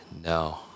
No